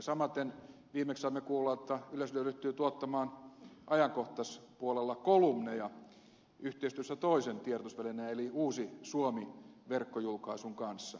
samaten viimeksi saimme kuulla että yleisradio ryhtyy tuottamaan ajankohtaispuolella kolumneja yhteistyössä toisen tiedotusvälineen eli uusi suomi verkkojulkaisun kanssa